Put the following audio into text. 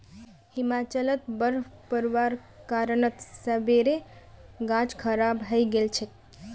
हिमाचलत बर्फ़ पोरवार कारणत सेबेर गाछ खराब हई गेल छेक